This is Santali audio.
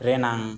ᱨᱮᱱᱟᱜ